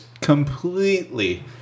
completely